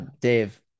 Dave